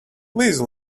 please